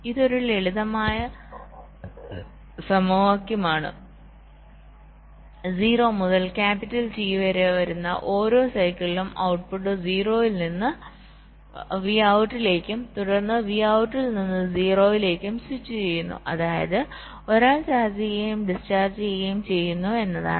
ഇതൊരു ലളിതമായ സമവാക്യമാണ് 0 മുതൽ ക്യാപിറ്റൽ T വരുന്ന ഓരോ സൈക്കിളിലും ഔട്ട്പുട്ട് 0 ൽ നിന്ന്Vout ലേക്കും തുടർന്ന് Vout ൽ നിന്ന് 0 ലേക്കും സ്വിച്ച് ചെയ്യുന്നു അതായത് ഒരാൾ ചാർജ് ചെയ്യുകയും ഡിസ്ചാർജ് ചെയ്യുകയും ചെയ്യുന്നു എന്നാണ്